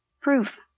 Proof